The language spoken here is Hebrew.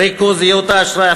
ריכוזיות האשראי,